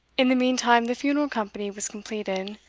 in the meantime, the funeral company was completed,